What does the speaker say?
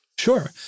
Sure